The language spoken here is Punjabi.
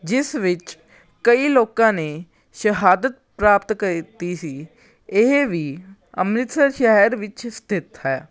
ਜਿਸ ਵਿੱਚ ਕਈ ਲੋਕਾਂ ਨੇ ਸ਼ਹਾਦਤ ਪ੍ਰਾਪਤ ਕੀਤੀ ਸੀ ਇਹ ਵੀ ਅੰਮ੍ਰਿਤਸਰ ਸ਼ਹਿਰ ਵਿੱਚ ਸਥਿਤ ਹੈ